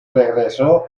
regresó